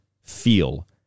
feel